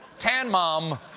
tan mom,